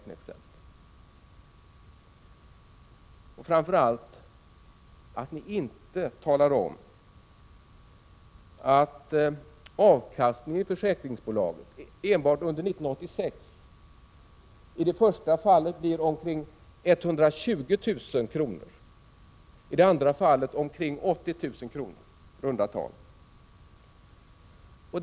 Framför allt vänder jag mig emot att ni inte talar om att avkastningen i försäkringsbolagen enbart under 1986 i det första fallet blir i runda tal 120 000 kr. och i det andra fallet 80 000 kr.